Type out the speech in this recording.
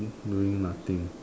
doing nothing